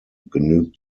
genügt